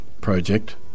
project